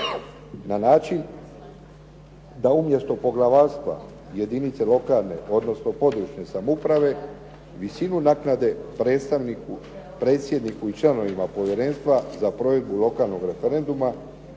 na način da umjesto poglavarstva jedinica lokalne, odnosno područne samouprave visine naknade predstavniku, predsjedniku i članovima povjerenstva za provedbu lokalnog referenduma,